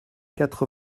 quatre